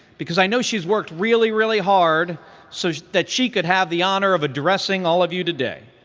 because i know she's worked really, really hard so that she could have the honor of addressing all of you today.